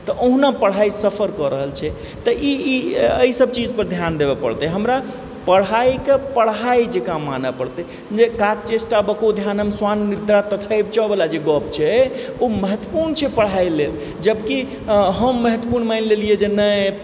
तऽ ओहुना पढ़ाइ सफर कऽ रहल छै तऽ ई ई अइ सब चीजपर ध्यान देबऽ पड़तइ हमरा पढ़ाइके पढ़ाइ जकाँ मानऽ पड़तइ जे काक चेष्टा बको ध्यानम श्वान निद्रा तथैव चऽवला जे गप छै ओ महत्वपूर्ण छै पढ़ाइ लेल जब कि हम महत्त्वपूर्ण मानि लेलियै जे नहि